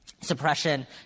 Suppression